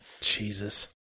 Jesus